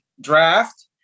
draft